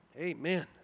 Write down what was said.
Amen